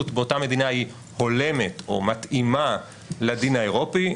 באותה מדינה היא הולמת או מתאימה לדין האירופי,